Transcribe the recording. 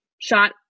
shot